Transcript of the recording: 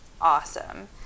awesome